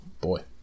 Boy